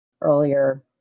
earlier